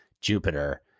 Jupiter